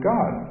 God